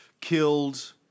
killed